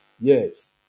Yes